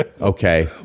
Okay